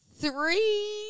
three